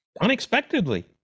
unexpectedly